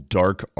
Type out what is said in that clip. dark